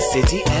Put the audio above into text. City